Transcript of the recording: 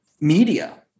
media